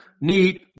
need